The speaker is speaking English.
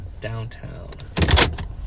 downtown